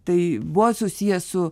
tai buvo susiję su